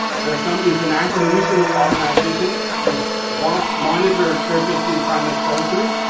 there's some international missionary organizations who so watch, monitor churches in china closely,